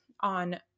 on